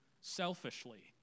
selfishly